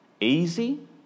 Easy